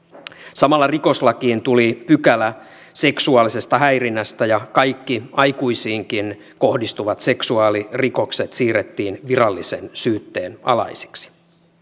samalla rikoslakiin tuli pykälä seksuaalisesta häirinnästä ja kaikki aikuisiinkin kohdistuvat seksuaalirikokset siirrettiin virallisen syytteen alaisiksi